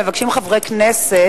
מבקשים חברי כנסת,